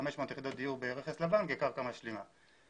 יחידות דיור ברכס לבן כקרקע משלימה.